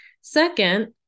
second